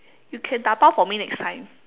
you can dabao for me next time